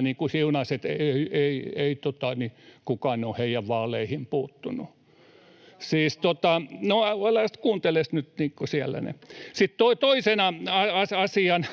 Niikon välihuuto] — Kuunteles nyt siellä. Sitten toisena asiana